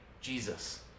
Jesus